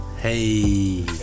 Hey